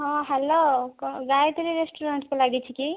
ହଁ ହ୍ୟାଲୋ କଣ ଗାୟତ୍ରୀ ରେଷ୍ଟୁରାଣ୍ଟକୁ ଲାଗିଛି କି